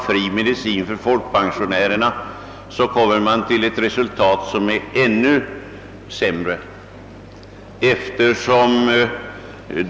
för folkpensionärerna, kommer man till ett resultat som är ännu sämre än nyss anförda regler.